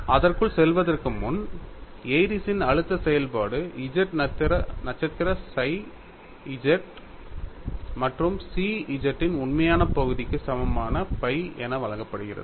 அதற்குள் செல்வதற்கு முன் ஏரிஸ்ன் Airy's அழுத்த செயல்பாடு z நட்சத்திர psi z மற்றும் chi z இன் உண்மையான பகுதிக்கு சமமான phi என வழங்கப்படுகிறது